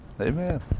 Amen